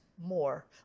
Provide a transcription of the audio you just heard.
more